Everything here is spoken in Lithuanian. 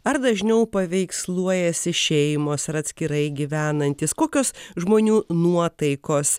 ar dažniau paveiksluojasi šeimos ar atskirai gyvenantys kokios žmonių nuotaikos